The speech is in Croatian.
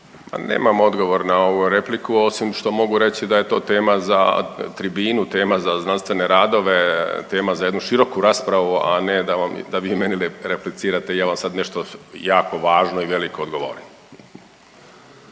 nemam odgovor na ovu repliku, osim što mogu reći da je to tema za tribinu, tema za znanstvene radove, tema za jednu široku raspravu, a ne da vi meni replicirate i ja vam sad nešto jako važno i veliko odgovorim.